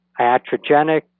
iatrogenic